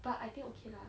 but I think okay lah